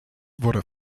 wurde